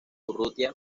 urrutia